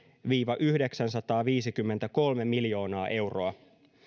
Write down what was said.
viiva yhdeksänsataaviisikymmentäkolme miljoonaa euroa